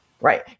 Right